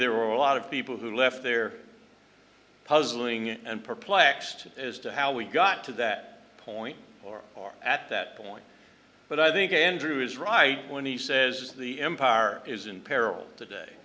there were a lot of people who left their puzzling and perplexed as to how we got to that point or are at that point but i think andrew is right when he says the empire is